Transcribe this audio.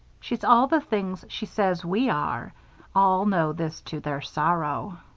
she's all the things she says we are all know this to their sorrow.